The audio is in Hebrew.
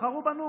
בחרו בנו,